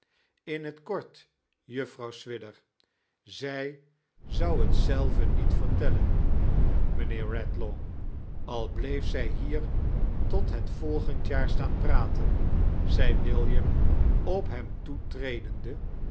in t feort juffrouw swidger zij zou net zelive niet vertelleii mijnheer eedlaw al bleef zij hier tot net volgend jaar staan praten zei william op hem toetredemde